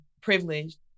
privileged